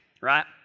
right